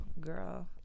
Girl